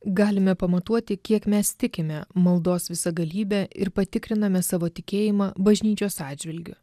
galime pamatuoti kiek mes tikime maldos visagalybe ir patikriname savo tikėjimą bažnyčios atžvilgiu